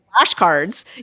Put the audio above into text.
flashcards